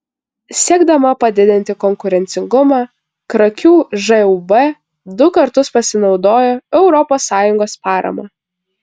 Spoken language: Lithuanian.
siekdama padidinti konkurencingumą krakių žūb du kartus pasinaudojo europos sąjungos parama